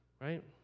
right